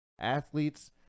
athletes